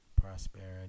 prosperity